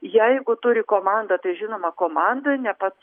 jeigu turi komandą tai žinoma komanda ne pats